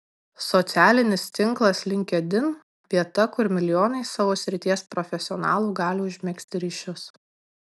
socialinis tinklas linkedin vieta kur milijonai savo srities profesionalų gali užmegzti ryšius